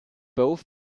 both